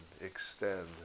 extend